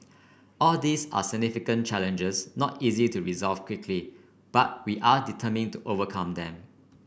all these are significant challenges not easy to resolve quickly but we are determined to overcome them